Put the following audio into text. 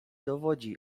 dowodzi